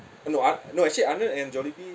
eh no ar~ no actually arnold and jollibee